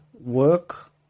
work